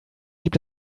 gibt